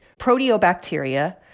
Proteobacteria